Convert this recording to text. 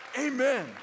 Amen